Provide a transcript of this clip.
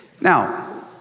Now